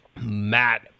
Matt